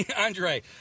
Andre